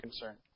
concern